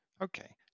Okay